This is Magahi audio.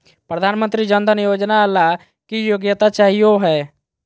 प्रधानमंत्री जन धन योजना ला की योग्यता चाहियो हे?